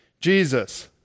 Jesus